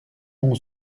ton